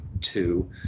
two